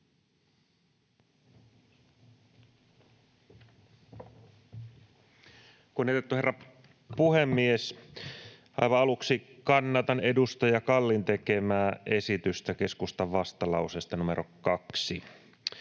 Kunnioitettu herra puhemies! Aivan aluksi kannatan edustaja Kallin tekemää esitystä keskustan vastalauseesta numero 2.